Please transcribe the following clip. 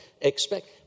expect